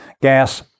gas